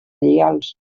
lleials